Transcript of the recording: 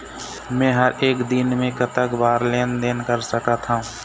मे हर एक दिन मे कतक बार लेन देन कर सकत हों?